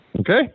Okay